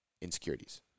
insecurities